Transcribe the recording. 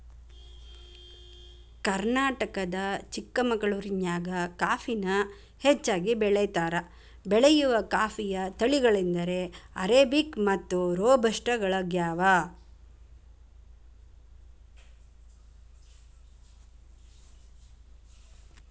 ಕರ್ನಾಟಕದ ಚಿಕ್ಕಮಗಳೂರಿನ್ಯಾಗ ಕಾಫಿನ ಹೆಚ್ಚಾಗಿ ಬೆಳೇತಾರ, ಬೆಳೆಯುವ ಕಾಫಿಯ ತಳಿಗಳೆಂದರೆ ಅರೇಬಿಕ್ ಮತ್ತು ರೋಬಸ್ಟ ಗಳಗ್ಯಾವ